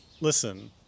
Listen